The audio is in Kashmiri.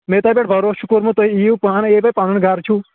مےٚ تۄہہِ پٮ۪ٹھ بروسہٕ چھُ کوٚرمُت تُہۍ یِیِو پانَے یوٚتتھ پَنُن گرٕ چھُو